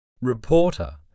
Reporter